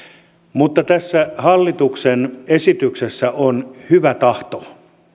mutta tässä hallituksen esityksessä on hyvä tahto